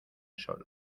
sol